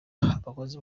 abakozi